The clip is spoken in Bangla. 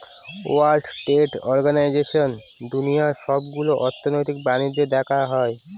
ওয়ার্ল্ড ট্রেড অর্গানাইজেশনে দুনিয়ার সবগুলো অর্থনৈতিক বাণিজ্য দেখা হয়